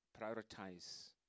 prioritize